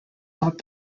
not